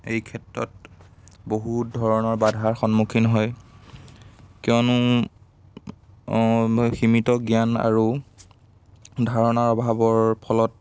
এই ক্ষেত্ৰত বহু ধৰণৰ বাধাৰ সন্মুখীন হয় কিয়নো সীমিত জ্ঞান আৰু ধাৰণাৰ অভাৱৰ ফলত